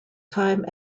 time